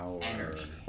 energy